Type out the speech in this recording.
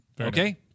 Okay